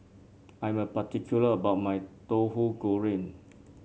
I am particular about my Tahu Goreng